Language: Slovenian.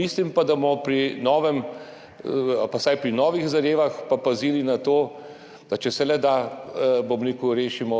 Mislim pa, da bomo vsaj pri novih zadevah pa pazili na to, da če se le da, bom rekel, rešimo